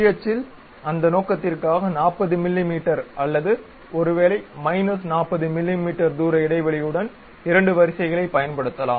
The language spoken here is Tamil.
Y அச்சில் அந்த நோக்கத்திற்காக 40மிமீ அல்லது ஒருவேளை மைனஸ் 40 மிமீ தூர இடைவெளியுடன் இரண்டு வரிசைகளைப் பயன்படுத்தலாம்